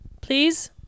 please